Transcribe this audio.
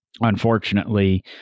Unfortunately